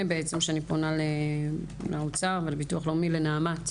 לנעמ"ת.